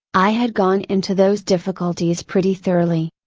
i had gone into those difficulties pretty thoroughly.